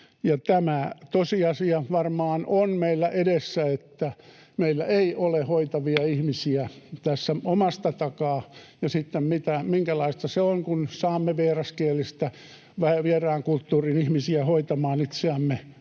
Tämä tosiasia varmaan on meillä edessä, että meillä ei ole hoitavia ihmisiä omasta takaa, ja minkälaista se sitten on, kun saamme vieraskielisiä, vieraan kulttuurin ihmisiä hoitamaan itseämme